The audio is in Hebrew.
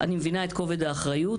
אני מבינה את כובד האחריות,